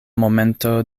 momento